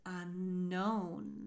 unknown